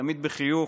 ותמיד בחיוך,